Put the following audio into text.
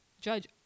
judge